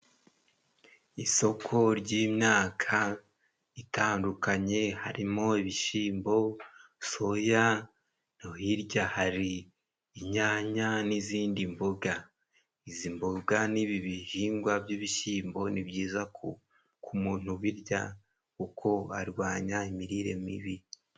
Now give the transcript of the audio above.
Isoko ry'imyaka itandukanye. Harimo ibishyimbo, soya, hirya hari inyanya n'izindi mboga. Izi mboga n'ibi bihingwa by'ibishyimbo ni byiza ku muntu ubirya kuko barwanya imirire mibi.